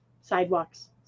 sidewalks